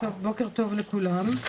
בוקר טוב לכולם.